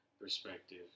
perspective